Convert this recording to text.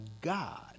God